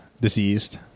diseased